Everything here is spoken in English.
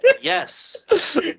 yes